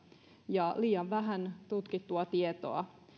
ja liian vähän tutkittua tietoa